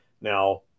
Now